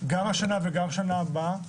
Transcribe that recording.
גם השנה וגם בשנה הבאה.